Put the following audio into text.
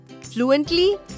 fluently